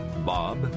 Bob